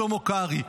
שלמה קרעי.